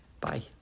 Bye